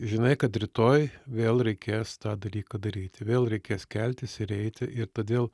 žinai kad rytoj vėl reikės tą dalyką daryti vėl reikės keltis ir eiti ir todėl